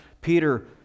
Peter